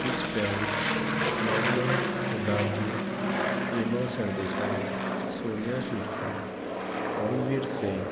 क्रिस पेरी लॉर्ना कुरदार्दीवो हेमा सरदेसाय सोनिया शिरसाट ऑलवीर सेन